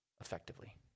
effectively